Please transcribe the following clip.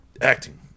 acting